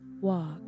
walk